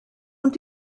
und